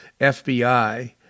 FBI